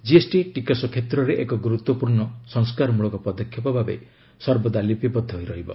GST ଟିକସ କ୍ଷେତ୍ରରେ ଏକ ଗୁରୁତ୍ୱପୂର୍ଣ୍ଣ ସଂସ୍କାରମୂଳକ ପଦକ୍ଷେପ ଭାବେ ସର୍ବଦା ଲିପିବଦ୍ଧ ହୋଇ ରହିବ